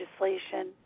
legislation